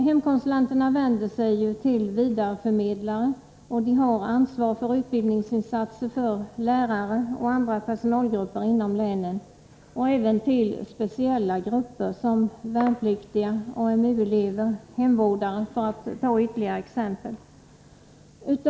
Hemkonsulenterna vänder sig till vidareförmedlare, och de har ansvaret för utbildningsinsatser för lärare och andra personalgrupper inom länen och även för speciella grupper såsom värnpliktiga, AMU-elever, hemvårdare, för att ta ytterligare några exempel.